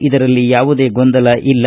ಇದರಲ್ಲಿ ಯಾವುದೇ ಗೊಂದಲ ಇಲ್ಲ